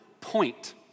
point